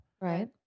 Right